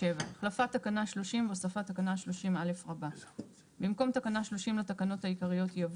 27. החלפת תקנה 30 והוספת תקנה 30א. במקום תקנה 30 לתקנות העיקריות יבוא: